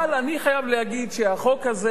אבל אני חייב להגיד שהחוק הזה,